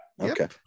Okay